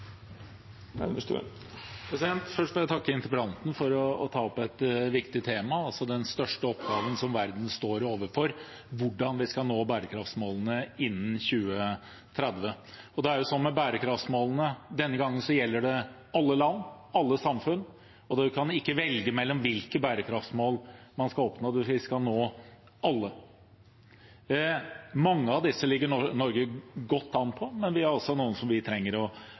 Først vil jeg takke interpellanten for å ta opp et viktig tema, den største oppgaven som verden står overfor – hvordan vi skal nå bærekraftsmålene innen 2030. Det er sånn med bærekraftsmålene at denne gangen gjelder det alle land, alle samfunn, og man kan ikke velge mellom hvilke bærekraftsmål man skal nå, hvis vi skal nå alle. Når det gjelder mange av disse, ligger Norge godt an, men vi har også noen der vi trenger